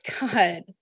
God